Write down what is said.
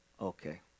Okay